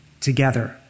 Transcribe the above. Together